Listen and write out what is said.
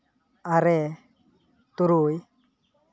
ᱟᱨᱮ ᱛᱩᱨᱩᱭ